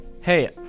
Hey